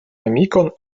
amikon